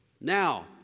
Now